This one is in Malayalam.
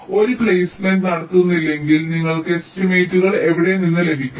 നിങ്ങൾ ഒരു പ്ലെയ്സ്മെന്റ് നടത്തുന്നില്ലെങ്കിൽ നിങ്ങൾക്ക് എസ്റ്റിമേറ്റുകൾ എവിടെ നിന്ന് ലഭിക്കും